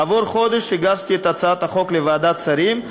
כעבור חודש הגשתי את הצעת החוק לוועדת השרים.